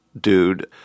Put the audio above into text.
dude